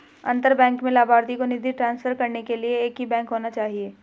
अंतर बैंक में लभार्थी को निधि ट्रांसफर करने के लिए एक ही बैंक होना चाहिए